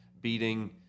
beating